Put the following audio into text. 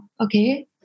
okay